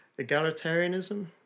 egalitarianism